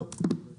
טוב.